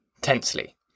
tensely